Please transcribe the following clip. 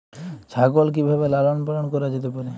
ছাগল কি ভাবে লালন পালন করা যেতে পারে?